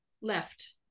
Left